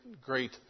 great